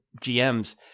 GMs